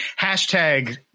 Hashtag